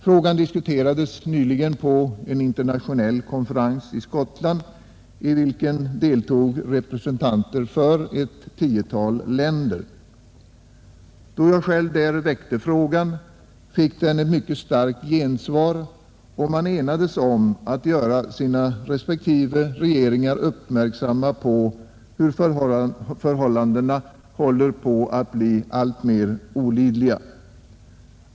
Frågan diskuterades nyligen på en internationell konferens i Skottland i vilken deltog representanter för ett tiotal nationer. Då jag själv där väckte frågan fick den ett mycket starkt gensvar och man enades om att göra sina respektive regeringar uppmärksamma på att förhållandena håller på att bli alltmer olidliga.